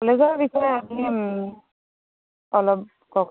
কলেজৰ বিষয়ে আপুনি অলপ কওক